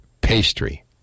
pastry